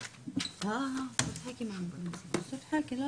10:57.